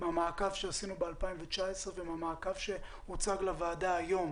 מהמעקב שעשינו ב-2019 ומהמעקב שהוצג לוועדה היום,